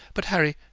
but, harry,